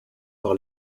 par